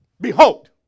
behold